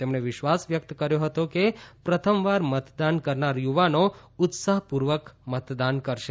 તેમણે વિશ્વાસ વ્યક્ત કર્યો હતો કે પ્રથમ વાર મતદાન કરનાર યુવાનો ઉત્સાહપૂર્વક મતદાન કરશે